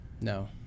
No